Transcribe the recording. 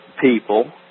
people